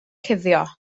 cuddio